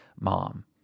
mom